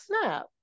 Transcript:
snap